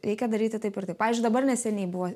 reikia daryti taip ir taip pavyzdžiui dabar neseniai buvo